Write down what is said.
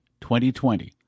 2020